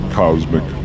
cosmic